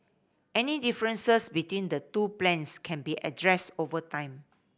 any differences between the two plans can be addressed over time